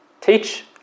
teach